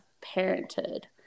parenthood